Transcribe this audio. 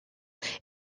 were